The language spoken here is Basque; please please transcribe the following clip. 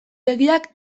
begiak